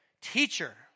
teacher